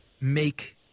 make